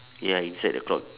ya inside the clock